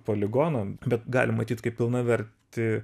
poligonam bet galim matyt kaip pilnavertį